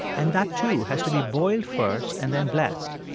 and that, too, has to be boiled first and then blessed.